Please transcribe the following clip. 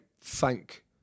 thank